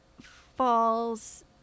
falls